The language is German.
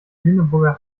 lüneburger